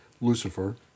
Lucifer